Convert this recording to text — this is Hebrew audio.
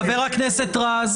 --- חבר הכנסת רז,